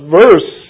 verse